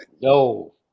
No